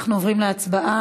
אנחנו עוברים להצבעה.